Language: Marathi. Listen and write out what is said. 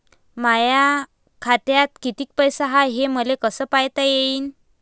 माया खात्यात कितीक पैसे हाय, हे मले कस पायता येईन?